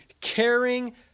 caring